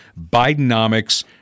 Bidenomics